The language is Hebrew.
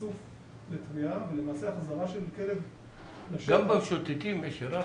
חשוף לתביעה ולמעשה החזרה של כלב --- גם במשוטטים יש היררכיה.